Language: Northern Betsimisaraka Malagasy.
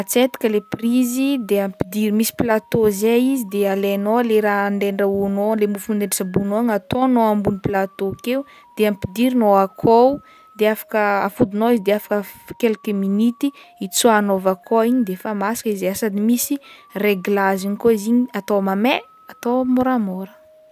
atsetaka le prise de ampidir- misy plateau zay izy de alaignao le raha nde andrahoagnao, le mofo nde hotsaboinao ataonao ambony plateau keo de ampidirinao akao de afaka afodinao izy de afaka f- quelques minuty itsoahagnao avy akao igny de fa masaka izy a, sady misy reglaziny koa izy igny, atao mamay, atao môramôra.